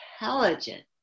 intelligent